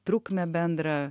trukmę bendrą